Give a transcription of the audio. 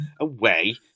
away